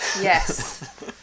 Yes